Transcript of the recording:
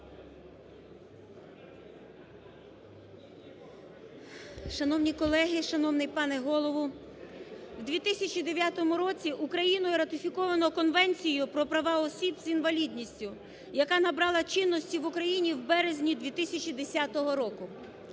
Шановні колеги, шановний пане Голово! У 2009 році Україною ратифіковано Конвенцію про права осіб з інвалідністю, яка набрала чинності в Україні у березні 2010 року.